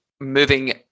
moving